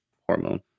hormone